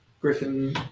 griffin